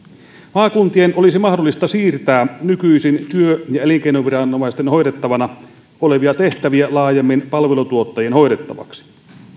maakuntien olisi mahdollista siirtää nykyisin työ ja elinkeinoviranomaisten hoidettavana olevia tehtäviä laajemmin palveluntuottajien hoidettavaksi